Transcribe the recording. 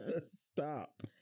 stop